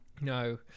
No